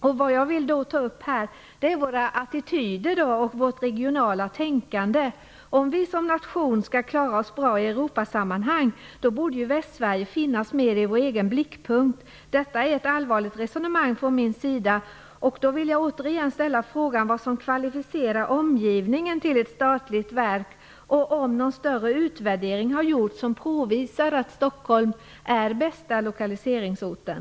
Vad jag här vill ta upp är våra attityder och vårt regionala tänkande. Om Sverige som nation skall klara sig bra i Europasammanhang, borde Västsverige finnas med i vår blickpunkt. Det är ett allvarligt resonemang från mitt håll. Jag vill återigen ställa frågan vad som kvalificerar en ort för lokalisering av ett statligt verk och om det har gjorts någon större utvärdering som påvisar att Stockholm är den bästa lokaliseringsorten.